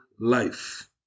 life